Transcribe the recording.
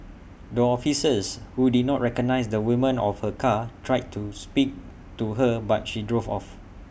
the officers who did not recognise the woman of her car tried to speak to her but she drove off